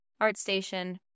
ArtStation